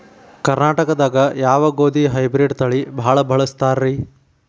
ಕರ್ನಾಟಕದಾಗ ಯಾವ ಗೋಧಿ ಹೈಬ್ರಿಡ್ ತಳಿ ಭಾಳ ಬಳಸ್ತಾರ ರೇ?